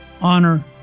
honor